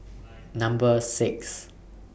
Number six